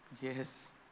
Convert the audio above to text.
Yes